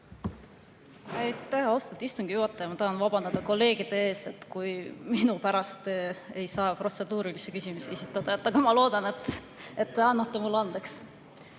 Aitäh, austatud istungi juhataja! Ma tahan vabandada kolleegide ees, kui minu pärast ei saa protseduurilisi küsimusi esitada, aga ma loodan, et te annate mulle andeks.